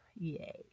Yay